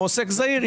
או כעוסק זעיר,